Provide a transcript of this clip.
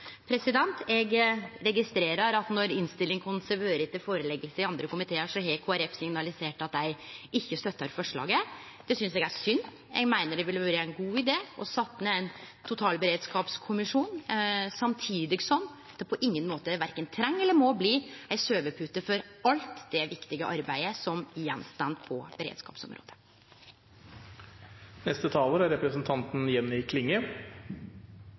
Eg registrerer at når innstillinga vår har vore lagd fram for andre komitear, har Kristeleg Folkeparti signalisert at dei ikkje støttar forslaget. Det synest eg er synd. Eg meiner det ville vore ein god idé å setje ned ein totalberedskapskommisjon, samtidig som det på ingen måte verken treng eller må bli ei sovepute for alt det viktige arbeidet som står igjen på beredskapsområdet. God samhandling mellom beredskapsaktørane er